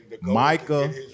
Micah